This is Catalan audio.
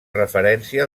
referència